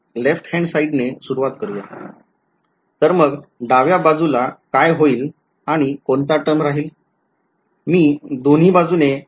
तर मग डाव्या बाजूला काय होईल आणि कोणता टर्म राहील